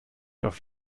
auf